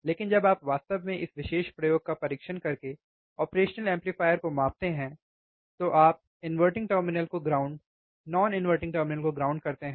लेकिन जब आप वास्तव में इस विशेष प्रयोग का परीक्षण करके ऑपरेशनल एम्पलीफायर को मापते हैं तो आप इनवर्टिंग टर्मिनल को ग्राउंड नॉन इनवर्टिंग टर्मिनल को ग्राउंड करते हैं